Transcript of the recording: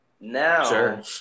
now